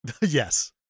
Yes